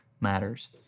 matters